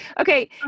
okay